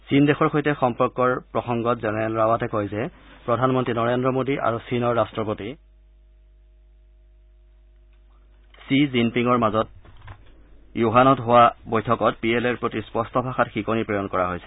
চীন দেশৰ সৈতে সম্পৰ্কৰ প্ৰসংগত জেনেৰেল ৰাৱাটে কয় যে প্ৰধানমন্তী নৰেন্দ্ৰ মোদী আৰু চীনৰ ৰাষ্টপতি শ্বি জিনপিঙৰ মাজত বুহানত হোৱা বৈঠকত পি এল এৰ প্ৰতি স্পষ্ট ভাষাত শিকনি প্ৰেৰণ কৰা হৈছে